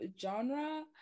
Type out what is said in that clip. genre